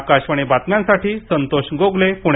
आकाशवाणी बातम्यांसाठी संतोष गोगले पुणे